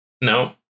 No